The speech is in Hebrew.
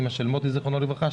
אימא של מוטי זיכרונו לברכה.